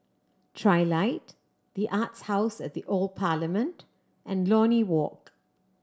Trilight The Arts House at the Old Parliament and Lornie Walk